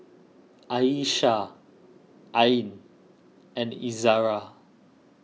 Aishah Ain and Izara